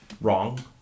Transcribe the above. wrong